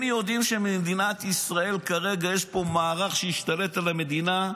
הם יודעים שבמדינת ישראל יש כרגע מערך שהשתלט על המדינה,